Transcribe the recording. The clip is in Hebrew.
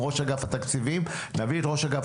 ראש אגף התקציבים נביא את ראש אגף